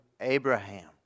Abraham